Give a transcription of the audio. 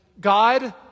God